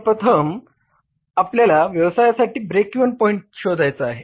तर प्रथमतः आपल्याला व्यवसायासाठी ब्रेक इव्हन पॉईंट शोधायचा आहे